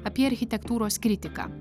apie architektūros kritiką